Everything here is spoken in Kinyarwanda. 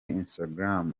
instagram